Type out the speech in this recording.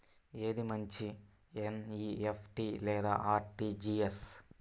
ఏది మంచి ఎన్.ఈ.ఎఫ్.టీ లేదా అర్.టీ.జీ.ఎస్?